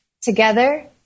Together